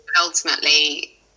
ultimately